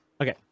Okay